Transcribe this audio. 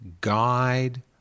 guide